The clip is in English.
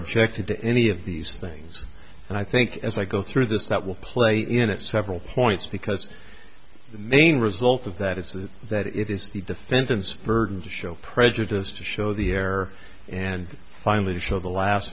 objected to any of these things and i think as i go through this that will play in at several points because the main result of that it says that it is the defendant's burden to show prejudice to show the air and finally show the la